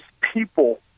people